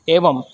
एवम्